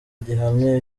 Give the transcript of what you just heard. gihamya